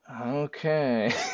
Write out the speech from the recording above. okay